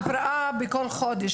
--- הבראה בכל חודש.